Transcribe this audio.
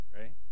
right